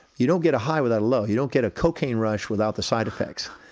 you don't get a high without a low you don't get a cocaine rush without the side effects.